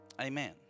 Amen